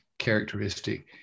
characteristic